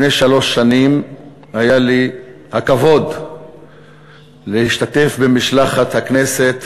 לפני שלוש שנים היה לי הכבוד להשתתף במשלחת הכנסת